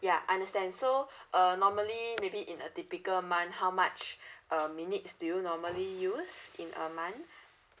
ya understand so uh normally maybe in a typical month how much uh minutes do you normally use in a month